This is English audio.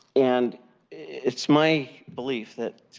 and it's my belief that,